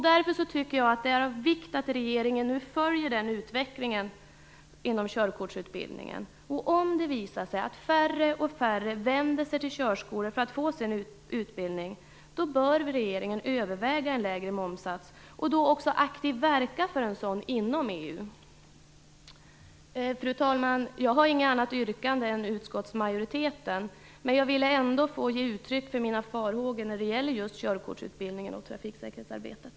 Därför tycker jag att det är av vikt att regeringen nu följer utvecklingen inom körkortsutbildningen. Om det visar sig att färre och färre vänder sig till körskolor för att få sin utbildning bör regeringen överväga en lägre momssats och aktivt verka för en sådan inom Fru talman! Jag har inget annat yrkande än utskottsmajoriteten, men jag ville ändå få ge uttryck för mina farhågor angående körkortsutbildningen och trafiksäkerhetsarbetet.